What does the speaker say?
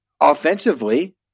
offensively